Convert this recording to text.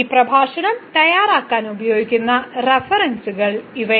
ഈ പ്രഭാഷണം തയ്യാറാക്കാൻ ഉപയോഗിക്കുന്ന റഫറൻസുകളാണ് ഇവ